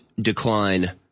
decline